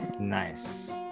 nice